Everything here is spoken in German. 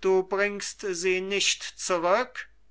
du bringst sie nicht zurück